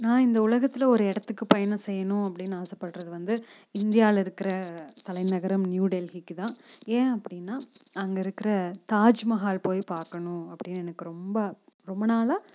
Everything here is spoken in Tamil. நான் இந்த உலகத்தில் ஒரு இடத்துக்கு பயணம் செய்யணும் அப்படின்னு ஆசைப்பட்றது வந்து இந்தியாவில் இருக்கிற தலைநகரம் நியூடெல்லிக்கு தான் ஏன் அப்படின்னா அங்கே இருக்கிற தாஜ்மஹால் போய் பார்க்கணும் அப்படின்னு எனக்கு ரொம்ப ரொம்ப நாளாக